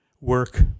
work